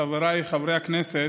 חבריי חברי הכנסת,